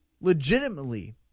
legitimately